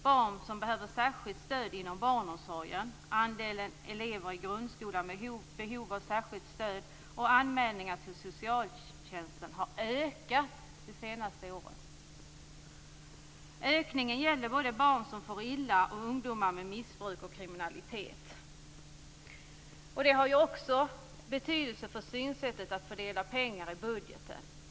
Barn som behöver särskilt stöd inom barnomsorgen, andelen elever i grundskolan med behov av särskilt stöd och anmälningar till socialtjänsten har ökat de senaste åren. Ökningen gäller både barn som far illa och ungdomar i missbruk och kriminalitet. Detta har betydelse för synsättet i fördelningen av pengar i budgeten.